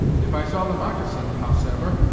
if i saw the moccasin, howsever,